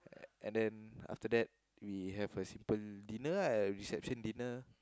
and then after that we have a simple dinner lah reception dinner